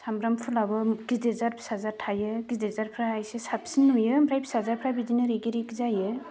साम्ब्राम फुलाबो गिदिर जा फिसा जा थाइयो गिदिर जातफ्रा एसे साबसिन नुयो ओमफ्राय फिसा जातफ्रा बिदिनो रिगि रिगि जायो